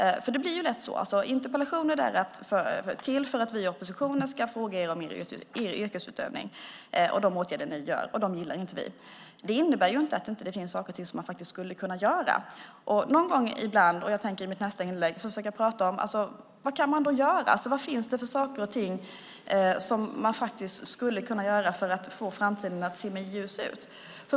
Det blir lätt så. Interpellationer är till för att vi i oppositionen ska fråga er om er tjänsteutövning och de åtgärder ni vidtar, och dem gillar inte vi. Det innebär inte att det inte finns saker och ting som man faktiskt skulle kunna göra. Någon gång ibland kan man göra på ett annat sätt, och i mitt nästa inlägg tänker jag försöka prata om vad man kan göra. Vad finns det för saker och ting som man faktiskt skulle kunna göra för att få framtiden att se mer ljus ut?